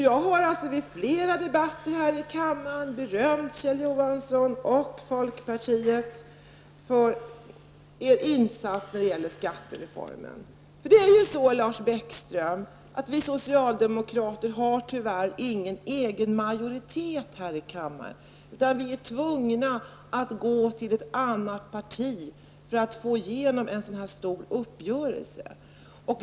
Jag har i flera debatter här i kammaren berömt Kjell Johansson och folkpartiet för er insats när det gäller skattereformen. Det är ju så, Lars Bäckström, att vi socialdemokrater tyvärr inte har någon egen majoritet här i kammaren. Vi är tvungna att gå till ett annat parti för att få igenom en sådan här stor uppgörelse.